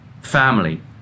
family